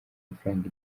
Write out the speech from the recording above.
mafaranga